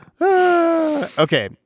Okay